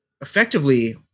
effectively